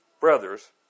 brothers